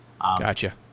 Gotcha